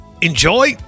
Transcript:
enjoy